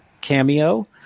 cameo